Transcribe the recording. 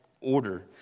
order